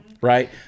right